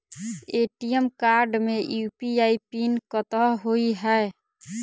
ATM card मे UPI pin कतह होइ है?